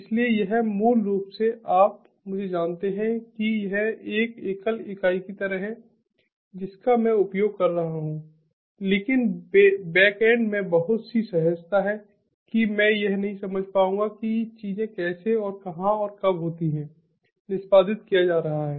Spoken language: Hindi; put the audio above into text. इसलिए यह मूल रूप से आप मुझे जानते हैं कि यह एक एकल इकाई की तरह है जिसका मैं उपयोग कर रहा हूं लेकिन बेक एंड में बहुत सी सहजता है कि मैं यह नहीं समझ पाऊंगा कि चीजें कैसे और कहां और कब होती हैं निष्पादित किया जा रहा है